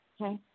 okay